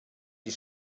die